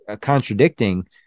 contradicting